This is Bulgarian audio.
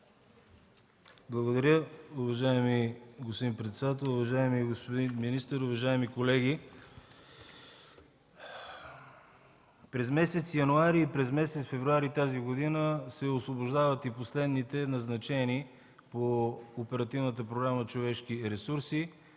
(ГЕРБ): Уважаеми господин председател, уважаеми господин министър, уважаеми колеги! През месец януари и месец февруари тази година се освобождават и последните назначени по Оперативната програма „Човешки ресурси”.